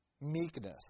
meekness